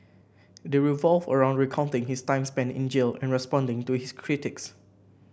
they revolve around recounting his time spent in jail and responding to his critics